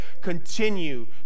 continue